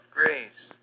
grace